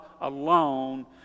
alone